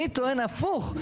אני טוען הפוך,